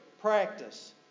practice